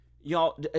y'all